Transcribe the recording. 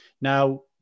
Now